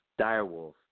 direwolf